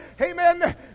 Amen